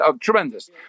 Tremendous